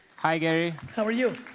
hi, gary. how are you?